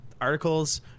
articles